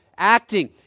acting